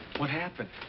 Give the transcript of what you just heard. what happened?